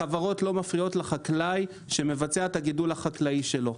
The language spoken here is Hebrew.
הכוורות לא מפריעות לחקלאי שמבצע את הגידול החקלאי שלו.